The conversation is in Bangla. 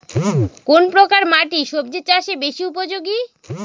কোন প্রকার মাটি সবজি চাষে বেশি উপযোগী?